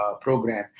program